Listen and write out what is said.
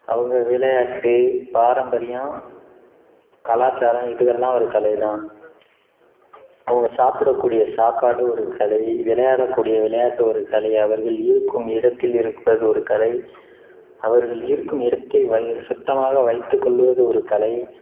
அவங்க விளையாட்டு பாரம்பரியம் கலாச்சாரம் இதுவெல்லாம் ஒரு கலை தான் அவங்க சாப்பிடக்கூடிய சாப்பாடு ஒரு கலை விளையாடக்கூடிய விளையாட்டு ஒரு கலை அவர்கள் இருக்கும் இடத்தில் இருப்பது ஒரு கலை அவர்கள் இருக்கும் இடத்தை வைய சுத்தமாக வைத்துக்கொள்வது ஒரு கலை